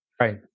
Right